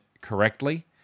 correctly